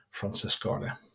Francescone